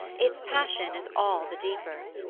its passion is all the deeper.